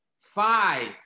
five